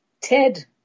Ted